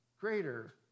greater